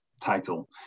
title